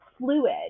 fluid